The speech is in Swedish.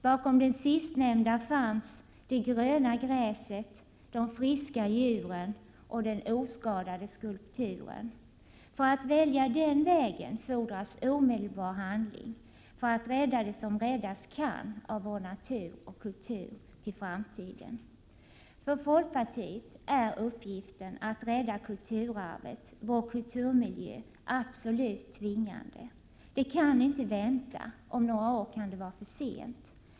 Bakom den sistnämnda fanns det gröna gräset, de friska djuren och den oskadade skulpturen. För att välja den vägen fordras omedelbar handling, om man skall rädda det som räddas kan av vår natur och kultur till framtiden. För folkpartiet är uppgiften att rädda kulturarvet, vår kulturmiljö, absolut tvingande. Den kan inte vänta — om några år kan det vara för sent.